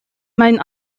mein